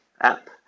app